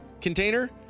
container